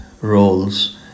roles